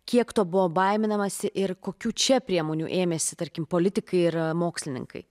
kiek to buvo baiminamasi ir kokių čia priemonių ėmėsi tarkim politikai ir mokslininkai